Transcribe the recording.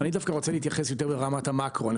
אני דווקא רוצה להתייחס יותר לרמת המאקרו,